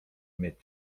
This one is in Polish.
mieć